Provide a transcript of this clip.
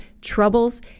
troubles